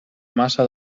massa